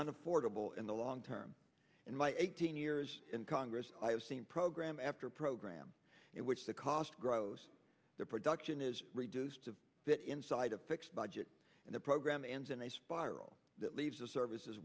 an affordable in the long term in my eighteen years in congress i have seen program after program in which the cost grows the production is reduced to fit inside a fixed budget and the program ends in a spiral that leaves the services